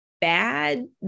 bad